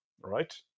right